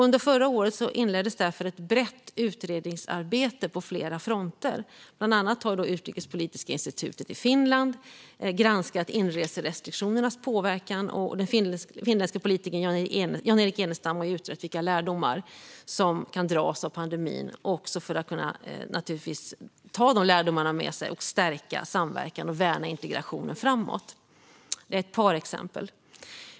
Under förra året inleddes därför ett brett utredningsarbete på flera fronter. Bland annat har Utrikespolitiska institutet i Finland granskat inreserestriktionernas påverkan. Den finländske politikern Jan-Erik Enestam har utrett vilka lärdomar som kan dras av pandemin för att kunna ta dem med sig och stärka samverkan och värna integrationen framöver. Detta är ett par exempel.